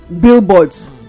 billboards